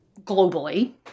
globally